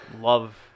love